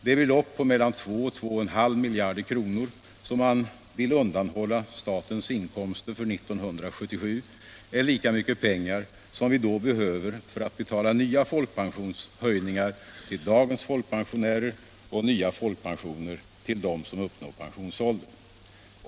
Det belopp på mellan 2 och 2,5 miljarder kronor som man vill undanhålla statens inkomster för 1977 är lika mycket pengar som vi då behöver för att betala nya folkpensionshöjningar till dagens folkpensionärer och nya folkpensioner till dem som uppnår pensionsåldern.